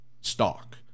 stock